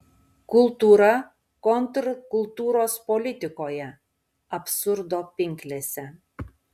kultūra kontrkultūros politikoje absurdo pinklėse